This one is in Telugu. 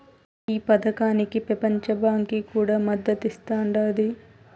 ఈ పదకానికి పెపంచ బాంకీ కూడా మద్దతిస్తాండాది